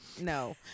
no